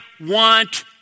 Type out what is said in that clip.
want